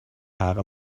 haare